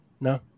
no